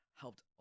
helped